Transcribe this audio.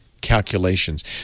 calculations